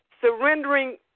surrendering